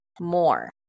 more